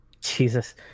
Jesus